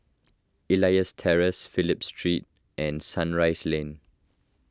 Elias Terrace Phillip Street and Sunrise Lane